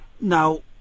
now